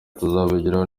tuzabigeraho